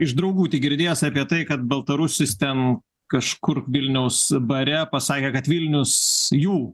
iš draugų tik girdėjęs apie tai kad baltarusis ten kažkur vilniaus bare pasakė kad vilnius jų